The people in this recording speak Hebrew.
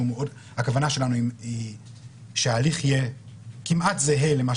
הכוונה שלנו היא שההליך יהיה כמעט זהה למה